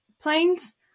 planes